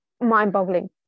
mind-boggling